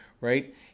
right